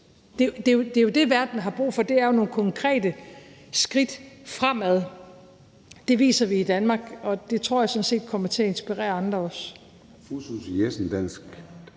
Det er jo det, verden har brug for. Det er nogle konkrete skridt fremad. Det viser vi i Danmark, og det tror jeg sådan set også kommer til at inspirere andre.